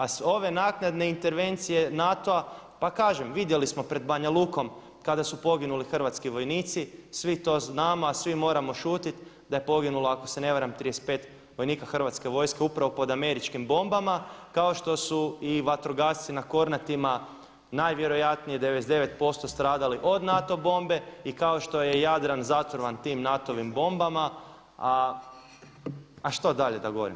A ove naknadne intervencije NATO-a, pa kažem vidjeli smo pred Banja Lukom kada su poginuli hrvatski vojnici, svi to znamo a svi moramo šutjeti da je poginulo ako se na varam 35 vojnika hrvatske vojske upravo pod američkim bombama, kao što su i vatrogasci na Kornatima najvjerojatnije 99% stradali od NATO bombe i kao što je i Jadran zatrovan tim NATO-vim bombama a što dalje da govorim?